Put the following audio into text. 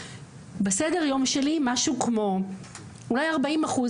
בסדר יום שלי משהו כמו אולי 40 אחוז,